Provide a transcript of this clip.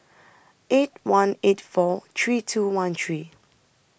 eight one eight four three two one three